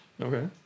okay